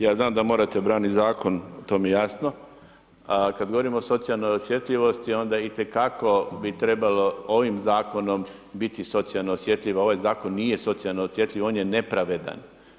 Ja znam da vi morate braniti zakon, to mi je jasno, a kada govorimo o socijalnoj osjetljivosti onda itekako bi trebalo ovim zakonom biti socijalo osjetljiv, ovaj zakon nije socijalno osjetljiv, on je nepravedan.